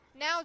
Now